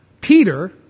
Peter